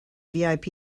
vip